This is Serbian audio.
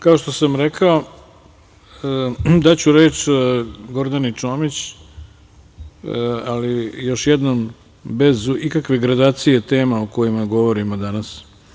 Kao što sam rekao, daću reč Gordani Čomić, ali još jednom bez ikakve gradacije tema o kojima govorimo danas.